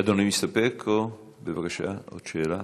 אדוני מסתפק, או, בבקשה, עוד שאלה.